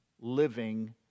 living